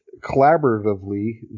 collaboratively